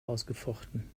ausgefochten